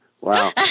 Wow